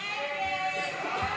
ו לא